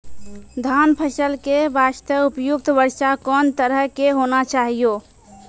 धान फसल के बास्ते उपयुक्त वर्षा कोन तरह के होना चाहियो?